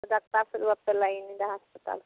doctor ᱥᱮᱫ ᱫᱚ ᱵᱟᱯᱮ ᱞᱟᱭᱤᱱᱮᱫᱟ ᱦᱟᱥᱯᱟᱛᱟᱞ ᱥᱮᱡ